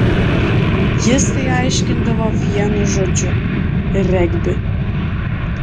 jis tai aiškindavo vienu žodžiu regbi